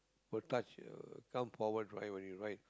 will touch uh come forward right when you ride